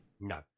No